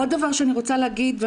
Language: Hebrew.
עוד דבר שאני רוצה להגיד,